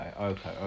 okay